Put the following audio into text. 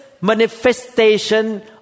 manifestation